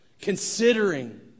Considering